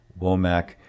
Womack